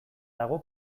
dago